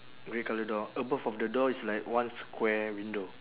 grey colour door above of the door is like one square window